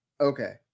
Okay